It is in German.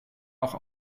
auch